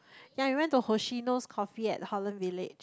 yea we went to Hoshino-Coffee at Holland-Village